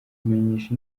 kumenyesha